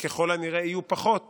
ככל הנראה יהיו פחות